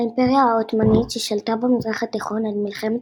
האימפריה העות'מאנית ששלטה במזרח התיכון עד מלחמת